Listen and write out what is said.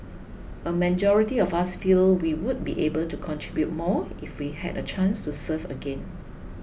a majority of us feel we would be able to contribute more if we had a chance to serve again